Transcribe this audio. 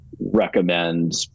recommend